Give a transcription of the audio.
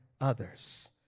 others